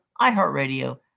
iHeartRadio